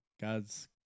God's